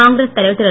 காங்கிரஸ் தலைவர் திரு